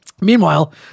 Meanwhile